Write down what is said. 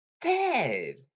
Dead